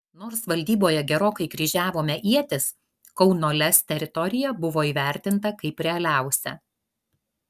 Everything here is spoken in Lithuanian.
nors valdyboje gerokai kryžiavome ietis kauno lez teritorija buvo įvertinta kaip realiausia